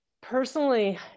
personally